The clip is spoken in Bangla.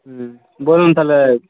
হুম বলুন তাহলে